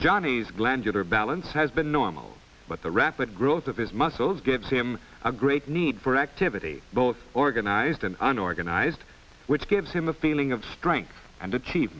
johnny's glandular balance has been normal but the rapid growth of his muscles gives him a great need for activity both organized and unorganized which gives him a feeling of strength and